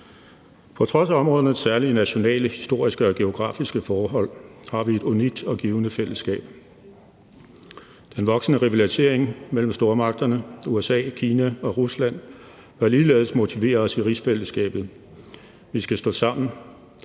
På trods af områdernes særlige nationale, historiske og geografiske forhold har vi et unikt og givende fællesskab. Den voksende rivalisering mellem stormagterne, USA, Kina og Rusland, bør ligeledes motivere os i rigsfællesskabet. Vi skal stå sammen.